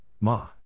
ma